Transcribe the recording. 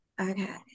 Okay